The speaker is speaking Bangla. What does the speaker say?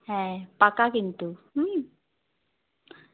হ্যাঁ পাকা কিন্তু হুম